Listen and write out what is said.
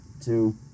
two